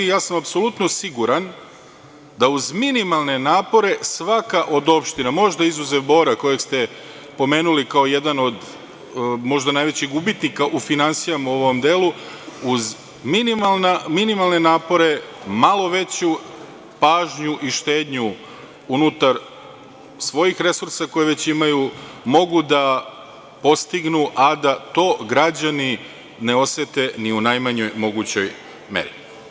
Ja sam apsolutno siguran da uz minimalne napore svaka od opština, možda izuzev Bora, kojeg ste pomenuli kao jedan od možda najvećih gubitnika u finansijama u ovom delu, uz minimalne napore, malo veću pažnju i štednju unutar svojih resursa koje već imaju mogu da postignu, a da to građani ne osete ni u najmanjoj mogućoj meri.